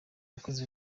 yakoze